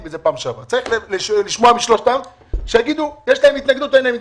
צריך לשמוע משלושתם שיגידו אם יש להם התנגדות או לא.